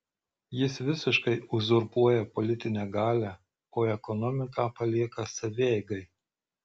jis visiškai uzurpuoja politinę galią o ekonomiką palieka savieigai